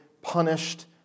punished